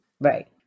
Right